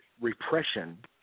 repression